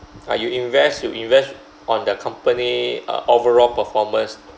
ah you invest you invest on their company uh overall performance